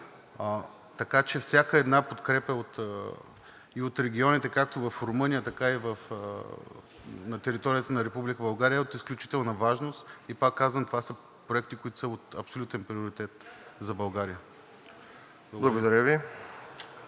Така че всяка една подкрепа и от регионите, както в Румъния, така и на територията на Република България, е от изключителна важност. Пак казвам, това са проекти, които са от абсолютен приоритет за България. Благодаря.